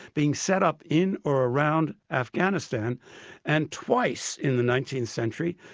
being set up in, or around afghanistan and twice in the nineteenth century,